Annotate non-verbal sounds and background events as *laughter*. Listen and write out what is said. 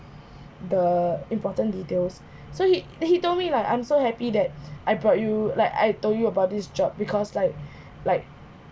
*breath* the important details *breath* so he he told me like I'm so happy that *breath* I brought you like I told you about this job because like *breath* like